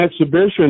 exhibition